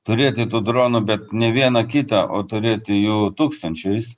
turėti tų dronų bet ne vieną kitą o turėti jų tūkstančiais